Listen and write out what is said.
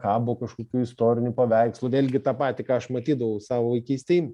kabo kažkokių istorinių paveikslų vėlgi tą patį ką aš matydavau savo vaikystėj